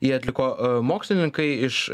jį atliko mokslininkai iš